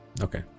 Okay